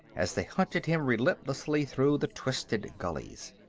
as they hunted him relentlessly through the twisted gulleys.